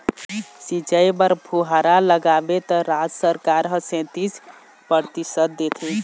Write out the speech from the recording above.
सिंचई बर फुहारा लगाबे त राज सरकार ह सैतीस परतिसत देथे